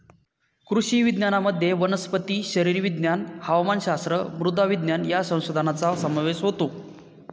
कृषी विज्ञानामध्ये वनस्पती शरीरविज्ञान, हवामानशास्त्र, मृदा विज्ञान या संशोधनाचा समावेश होतो